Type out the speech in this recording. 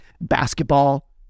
basketball